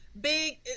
big